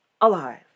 alive